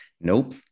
Nope